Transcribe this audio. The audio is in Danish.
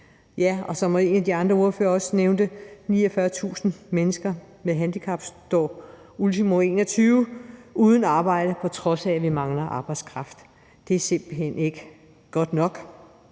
Som en af de andre ordførere også nævnte, stod 49.000 mennesker med handicap ultimo 2021 uden arbejde, på trods af at vi mangler arbejdskraft. Det er simpelt hen ikke godt nok.